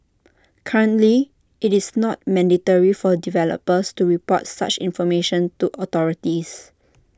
currently IT is not mandatory for developers to report such information to authorities